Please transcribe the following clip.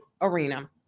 arena